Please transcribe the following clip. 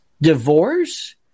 Divorce